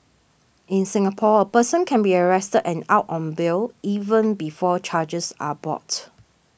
in Singapore a person can be arrested and out on bail even before charges are bought